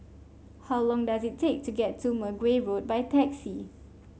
how long does it take to get to Mergui Road by taxi